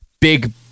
big